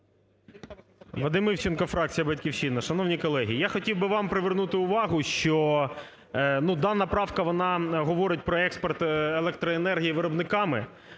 Вадим Івченко, фракція "Батьківщина". Шановні колеги, я хотів би вам привернути увагу, що дана правка, вона говорить про експорт електроенергії виробниками.